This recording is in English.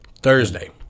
Thursday